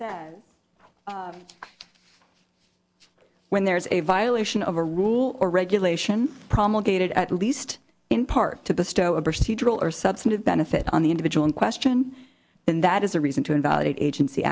that when there is a violation of a rule or regulation promulgated at least in part to the sto a procedural or substantive benefit on the individual in question then that is a reason to invalidate agency